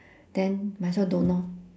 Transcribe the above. then might as well don't lor